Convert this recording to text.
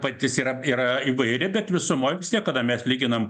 padėtis yra yra įvairi bet visumoj vis tiek kada mes lyginam